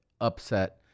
upset